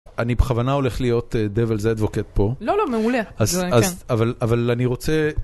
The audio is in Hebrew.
אני בכוונה הולך להיות devils advocate פה. לא, לא, מעולה. כן. אבל אני רוצה...